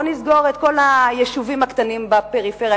בואו נסגור את כל היישובים הקטנים בפריפריה,